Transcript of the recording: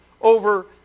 over